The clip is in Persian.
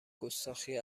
گستاخی